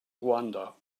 ruanda